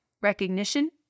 recognition